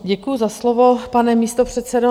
Děkuji za slovo, pane místopředsedo.